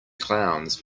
clowns